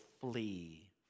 flee